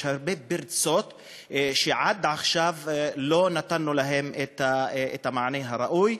יש הרבה פרצות שעד עכשיו לא נתנו להן את המענה הראוי.